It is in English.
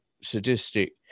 sadistic